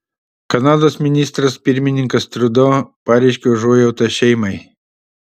kanados ministras pirmininkas trudo pareiškė užuojautą šeimai